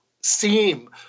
seem